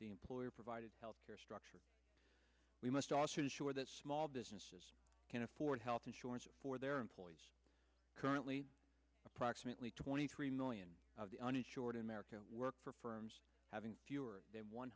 the employer provided health care structure we must also be sure that small businesses can afford health insurance for their employees currently approximately twenty three million of the uninsured in america work for firms having fewer than one